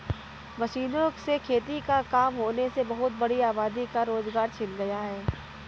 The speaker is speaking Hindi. मशीनों से खेती का काम होने से बहुत बड़ी आबादी का रोजगार छिन गया है